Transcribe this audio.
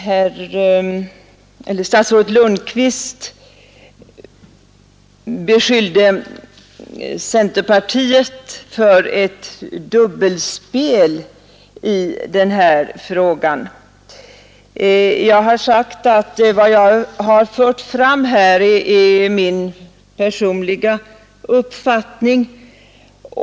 Herr talman! Statsrådet Lundkvist beskyllde centerpartiet för dubbelspel i den här frågan. Jag har sagt att vad jag fört fram här är min personliga uppfattning.